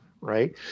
right